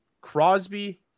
Crosby